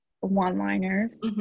one-liners